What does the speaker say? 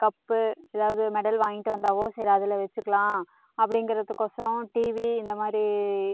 cup ஏதாவது medal வாங்கிட்டு வந்தால் சரி அதில் வச்சிக்கலாம் அப்படிங்கறதுக்கோசறோம் டிவி இந்த மாதிரி